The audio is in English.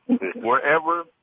Wherever